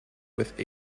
with